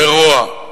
לרוע.